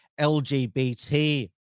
LGBT